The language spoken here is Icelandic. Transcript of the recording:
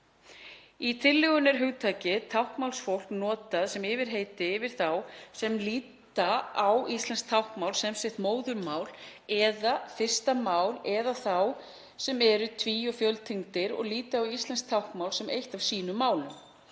Í tillögunni er hugtakið táknmálsfólk notað sem yfirheiti yfir þá sem líta á íslenskt táknmál sem sitt móðurmál eða fyrsta mál eða þá sem eru tví- og fjöltyngdir og líta á íslenskt táknmál sem eitt af sínum málum.